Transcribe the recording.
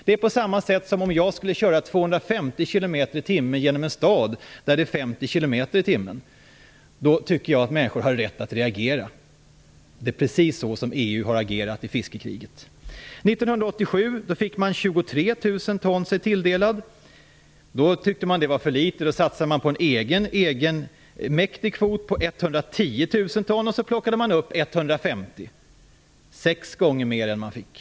Det är som om jag skulle köra 250 kilometer i timmen genom en stad där det är 50 kilometer i timmen. Då tycker jag att människor har rätt att reagera. Det är precis så EU har agerat i fiskekriget. 1987 tilldelades man 23 000 ton. Man tyckte att det var för litet och satsade egenmäktigt på en kvot på 110 000 ton, och så plockade man upp 150 000 - sex gånger mer än man fick.